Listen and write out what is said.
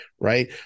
right